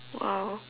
!wow!